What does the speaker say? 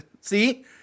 See